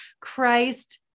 Christ